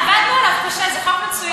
עבדנו עליו קשה, זה חוק מצוין.